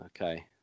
okay